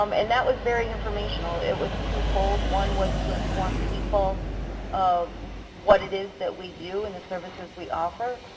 um and that was very informational, it was two-fold. one was to inform people of what it is that we do and the services we offer,